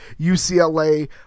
UCLA